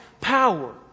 power